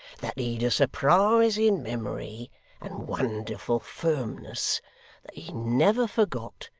that he'd a surprising memory and wonderful firmness that he never forgot,